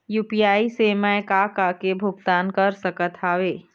UPI से मैं का का के भुगतान कर सकत हावे?